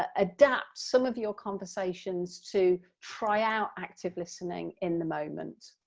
ah adapt some of your conversations to try out active listening in the moment.